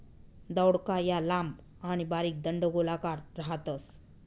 दौडका या लांब आणि बारीक दंडगोलाकार राहतस